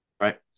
Right